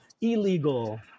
illegal